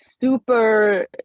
super